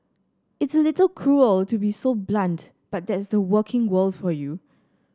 it's a little cruel to be so blunt but that's the working world for you